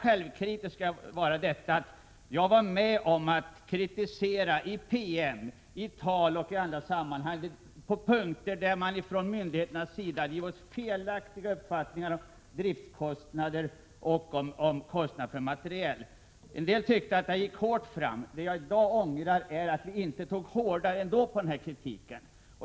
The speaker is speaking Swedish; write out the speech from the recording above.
Jag var med om att i PM, i tal och i andra sammanhang kritisera att myndigheterna på flera punkter givit oss felaktiga uppgifter om driftkostnader och om kostnader för materiel. En del tyckte att jag gick hårt fram. Det jag i dag ångrar är att jag inte tog ännu hårdare på denna kritik.